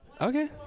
Okay